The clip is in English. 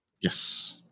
Yes